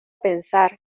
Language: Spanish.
pensar